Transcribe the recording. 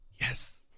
Yes